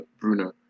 Bruno